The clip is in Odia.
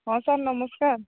ହଁ ସାର୍ ନମସ୍କାର